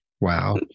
Wow